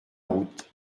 route